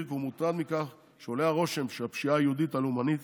כי הוא מוטרד מכך שעולה הרושם שהפשיעה היהודית הלאומנית